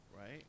right